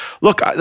look